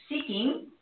seeking